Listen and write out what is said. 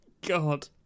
God